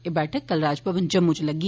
एह बैठक कल राजभवन जम्मू इच लग्गी